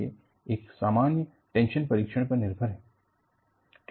method of handling combined stresses principal stresses ठीक है